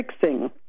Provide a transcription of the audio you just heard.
fixing